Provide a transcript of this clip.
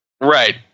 Right